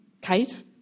Kate